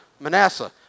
Manasseh